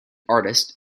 artist